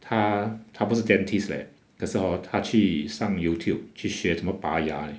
她她不是 dentist leh 可是 hor 她去上 youtube 去学怎么拔牙